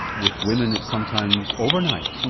with women it's sometimes overnight,